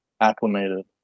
acclimated